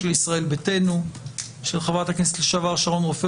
בנושא הזה בנוסח שהבאנו הוספנו סעיף שאומר "על אף האמור בסעיף קטן